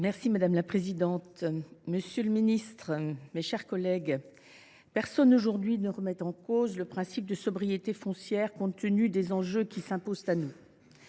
Madame la présidente, monsieur le ministre, mes chers collègues, personne aujourd’hui ne remet en cause le principe de sobriété foncière, compte tenu des enjeux qui s’imposent à nous.